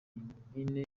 impine